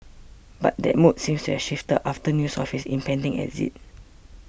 but that mood seems to have shifted after news of his impending exit